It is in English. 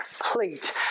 complete